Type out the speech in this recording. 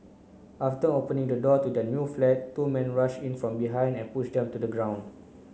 after opening the door to their new flat two men rushed in from behind and pushed them to the ground